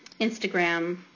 Instagram